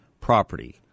property